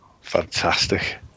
Fantastic